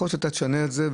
יכול להיות שאתה תשנה את זה,